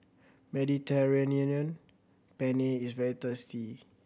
Mediterranean Penne is very tasty